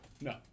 No